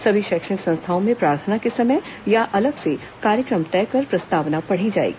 सभी शैक्षणिक संस्थाओं में प्रार्थना के समय या अलग से कार्यक्रम तय कर प्रस्तावना पढ़ी जाएगी